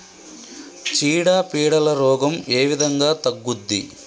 చీడ పీడల రోగం ఏ విధంగా తగ్గుద్ది?